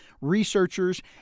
researchers